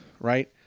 right